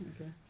okay